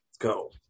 Go